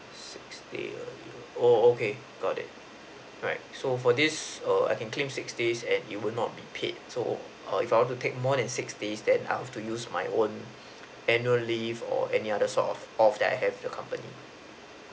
six day a year oh okay got it right so for this err I can claim six days and it will not be paid so err if I want to take more than six days then I have to use my own annual leave or any other sort of off that I have with the company